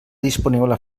disponible